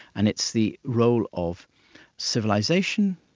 and it's the role of civilisation,